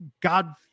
god